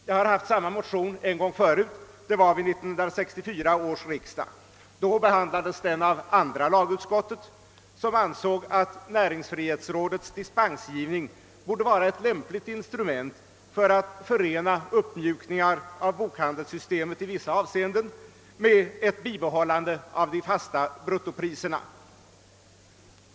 Jag har tidigare motionerat i denna fråga, nämligen vid 1964 års riksdag, då motionen behandlades av andra lagutskottet som ansåg att näringsfrihetsrådets dispensgivning borde vara ettlämpligt instrument för att förena uppmjukningar i vissa avseenden av bokhandlarsystemet med ett bibehållande av de fasta bruttopriserna.